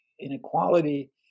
inequality